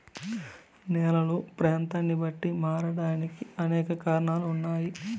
నేలలు ప్రాంతాన్ని బట్టి మారడానికి అనేక కారణాలు ఉన్నాయి